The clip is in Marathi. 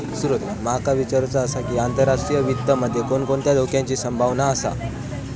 माका विचारुचा आसा की, आंतरराष्ट्रीय वित्त मध्ये कोणकोणत्या धोक्याची संभावना आसा?